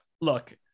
look